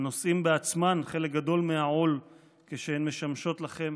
הנושאים בעצמם חלק גדול מהעול כשהם משמשים לכם